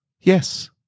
Yes